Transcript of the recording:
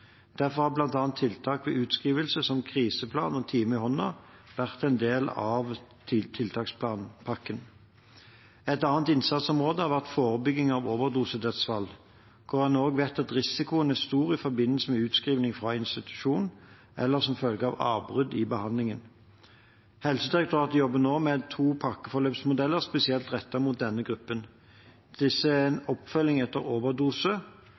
Derfor har bl.a. tiltak ved utskriving, som kriseplan og «time i hånda», vært en viktig del av tiltakspakken. Et annet innsatsområde har vært forebygging av overdosedødsfall, hvor man også vet at risikoen er stor i forbindelse med utskriving fra institusjon eller som følge av avbrudd i behandlingen. Helsedirektoratet jobber nå med to pakkeforløpsmoduler spesielt rettet mot denne gruppen. Disse er oppfølging etter overdose